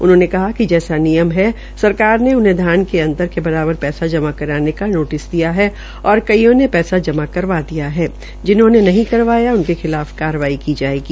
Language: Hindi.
उन्होंने कहा कि जैसा नियम है सरकार ने उन्हें धान के अंतर के बराबर पैसा जमा कराने का नोटिस दिया है और कईयों ने पैसा जमा करवाया उनके खिलाफ कार्रवाई की जायेगी